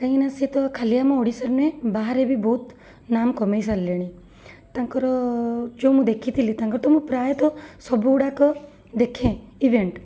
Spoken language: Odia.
କାହିଁକି ନା ସେ ତ ଖାଲି ଆମ ଓଡ଼ିଶାର ନୁହେଁ ବାହାରେ ବି ବହୁତ ନାମ କମାଇ ସାରିଲେଣି ତାଙ୍କର ଯେଉଁ ମୁଁ ଦେଖିଥିଲି ତାଙ୍କର ତ ମୁଁ ପ୍ରାୟତଃ ସବୁଗୁଡ଼ାକ ଦେଖେ ଇଭେଣ୍ଟ